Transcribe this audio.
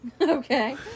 Okay